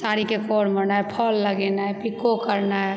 साड़ीके कोर मोरनाइ फॉल लगेनाइ पिको करनाइ